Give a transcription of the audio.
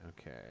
okay